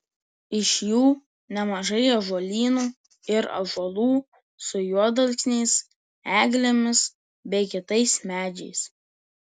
iš jų nemažai ąžuolynų ir ąžuolų su juodalksniais eglėmis bei kitais medžiais